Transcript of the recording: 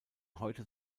heute